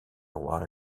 roi